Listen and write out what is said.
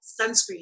sunscreen